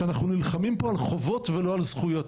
שאנחנו נלחמים פה על חובות ולא על זכויות,